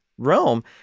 Rome